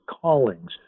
callings